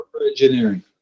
engineering